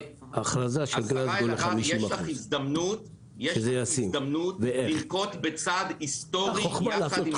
יש לך הזדמנות לנקוט בצעד היסטורי יחד עם